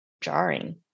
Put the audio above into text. jarring